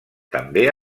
també